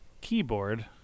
keyboard